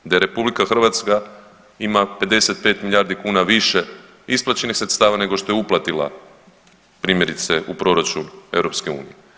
Da je RH ima 55 milijardi kuna više isplaćenih sredstava nego što je uplatila primjerice u proračun EU.